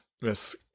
Miss